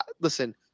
listen